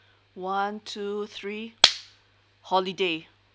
one two three holiday